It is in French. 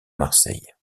marseille